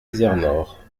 izernore